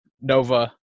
Nova